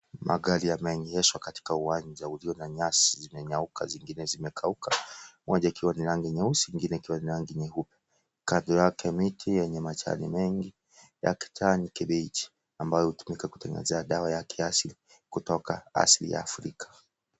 Magari yameegeshwa katika uwanja ulionyaka na nyasi zimenyauka zingine zimekauka moja ikiwa ni rangi nyeusi ingine ikiwa ni nyeupe kando yake miti yenye majani mengi ya kijani kibichi ambayo hutumika kutengeneza dawa ya kiasili kutoka asili ya Africa.